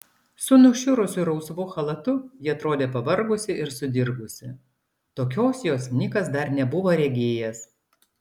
su nušiurusiu rausvu chalatu ji atrodė pavargusi ir sudirgusi tokios jos nikas dar nebuvo regėjęs